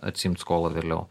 atsiimt skolą vėliau